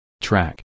track